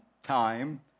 Time